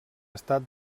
estat